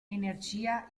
energia